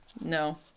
no